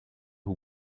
who